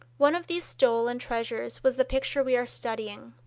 one of these stolen treasures was the picture we are studying.